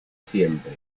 siempre